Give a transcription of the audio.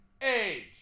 Age